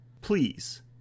please